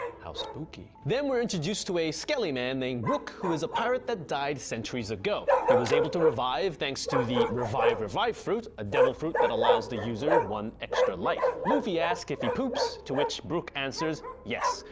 how spooky. then we are introduced to a skelly man named brook, who is a pirate that died centuries ago, he was able to live in thanks to the revive-revive fruit, a devil fruit that allows the user one extra life. luffy asks if he poops to which brook answers yes.